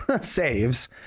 saves